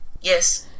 yes